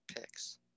picks